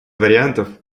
вариантов